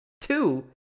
Two